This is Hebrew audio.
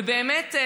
ובאמת,